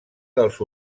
dels